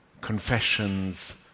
confessions